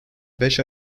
beş